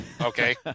Okay